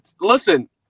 listen